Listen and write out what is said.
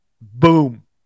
Boom